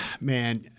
man